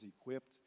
equipped